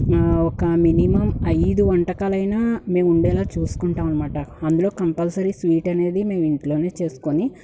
నా ఒక మినిమం ఐదు వంటకాలైనా మేముండేలా చూస్కుంటామన్మాట అందులో కంపల్సరీ స్వీట్ అనేది మేము ఇంట్లోనే చేస్కొని